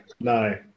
no